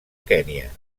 kenya